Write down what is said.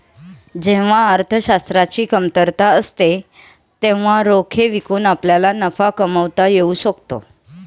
जेव्हा अर्थशास्त्राची कमतरता असते तेव्हा रोखे विकून आपल्याला नफा कमावता येऊ शकतो